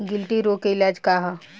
गिल्टी रोग के इलाज का ह?